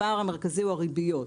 הפער המרכזי הוא הריביות.